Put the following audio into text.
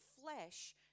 flesh